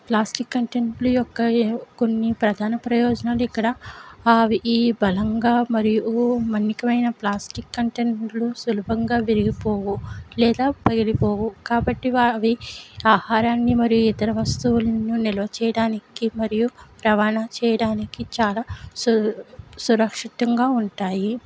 plastic కంటెంట్ల యొక్క ఏ కొన్ని ప్రధాన ప్రయోజనాలు ఇక్కడ అవి ఈ బలంగా మరియు మన్నికమైన ప్లాస్టిక్ కంటెంట్లు సులభంగా విరిగిపోవు లేదా పగిలిపోవు కాబట్టి ఆవి ఆహారాన్ని మరి ఇతర వస్తువులను నిల్వ చేయడానికి మరియు రవాణా చేయడానికి చాలా సు సురక్షితంగా ఉంటాయి